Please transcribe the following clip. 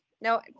No